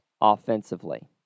offensively